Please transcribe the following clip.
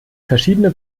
verschiedene